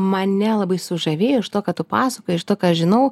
mane labai sužavėjo iš to ką tu pasakojai iš to ką žinau